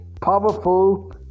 powerful